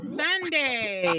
sunday